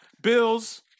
Bills